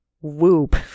whoop